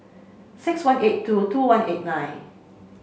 six one eight two two one eight nine